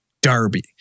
Darby